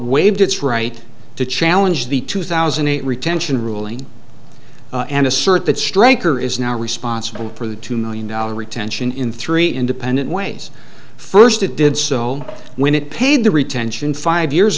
waived its right to challenge the two thousand and eight retention ruling and assert that stryker is now responsible for the two million dollars retention in three independent ways first it did so when it paid the retention five years